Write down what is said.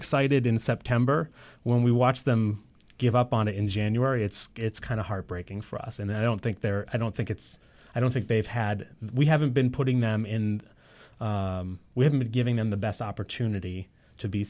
excited in september when we watch them give us donna in january it's kind of heartbreaking for us and i don't think they're i don't think it's i don't think they've had we haven't been putting them in we haven't been giving them the best opportunity to be